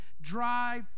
dry